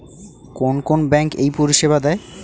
কোন কোন ব্যাঙ্ক এই পরিষেবা দেয়?